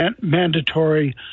mandatory